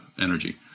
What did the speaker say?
energy